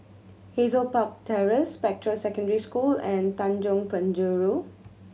Hazel Park Terrace Spectra Secondary School and Tanjong Penjuru